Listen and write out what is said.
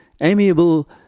amiable